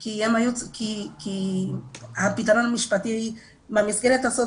--- כי הפתרון המשפטי במסגרת הזו,